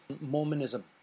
Mormonism